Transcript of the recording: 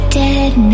dead